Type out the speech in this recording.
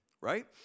right